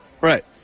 Right